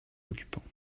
occupants